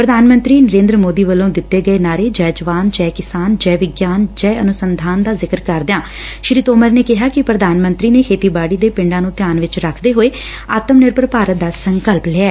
ਪ੍ਰਧਾਨ ਮੰਤਰੀ ਨਰਿੰਦਰ ਮੋਦੀ ਵੱਲੋ' ਦਿੱਤੇ ਗਏ ਨਾਅਰੇ ਜੈ ਜਵਾਨ ਜੈ ਕਿਸਾਨ ਜੈ ਵਿਗਿਆਨ ਜੈ ਅਨੁਸੰਧਾਨ ਦਾ ਜ਼ਿਕਰ ਕਰਦਿਆਂ ਸ੍ਰੀ ਤੋਮਰ ਨੇ ਕਿਹਾ ਕਿ ਪ੍ਰਧਾਨ ਮੰਤਰੀ ਨੇ ਖੇਤੀਬਾੜੀ ਦੇ ਪਿੰਡਾਂ ਨੂੰ ਧਿਆਨ ਵਿੱਚ ਰੱਖਦੇ ਹੋਏ ਆਤਮ ਨਿਰਭਰ ਭਾਰਤ ਦਾ ਸੰਕਲਪ ਲਿਐ